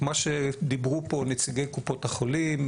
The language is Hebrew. מה שדיברו פה נציגי קופות החולים,